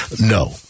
No